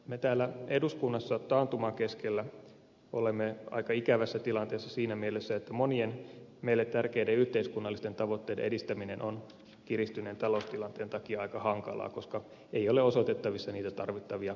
me täällä eduskunnassa taantuman keskellä olemme aika ikävässä tilanteessa siinä mielessä että monien meille tärkeiden yhteiskunnallisten tavoitteiden edistäminen on kiristyneen taloustilanteen takia aika hankalaa koska ei ole osoitettavissa niitä tarvittavia lisämäärärahoja